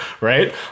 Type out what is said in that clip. right